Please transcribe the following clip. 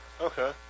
Okay